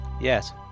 Yes